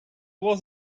was